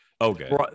Okay